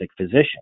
physician